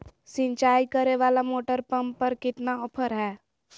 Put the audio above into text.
सिंचाई करे वाला मोटर पंप पर कितना ऑफर हाय?